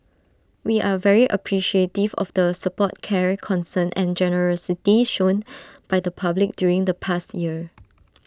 we are very appreciative of the support care concern and generosity shown by the public during the past year